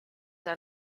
are